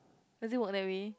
does it work that way